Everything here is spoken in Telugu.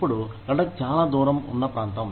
ఇప్పుడు లడక్ చాలా దూరం ఉన్న ప్రాంతం